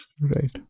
Right